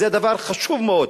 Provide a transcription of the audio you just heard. זה דבר חשוב מאוד,